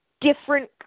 different